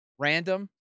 random